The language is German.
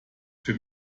für